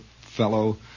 fellow